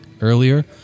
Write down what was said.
earlier